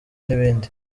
n’ibindi